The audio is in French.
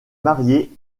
marié